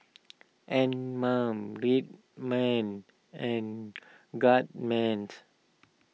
Anmum Red Man and Guardsman's